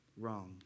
wrong